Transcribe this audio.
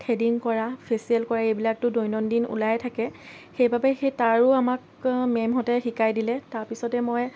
threading কৰা facial কৰা এইবিলাকটো দৈনন্দিন ওলাই থাকে সেইবাবে সেই তাৰো আমাক মেমহঁতে শিকাই দিলে তাৰপিছতে মই